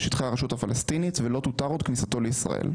לשטחי הרשות הפלסטינית ולא תותר עוד כניסתו לישראל.